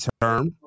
term